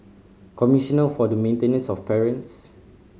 Commissioner for the Maintenance of Parents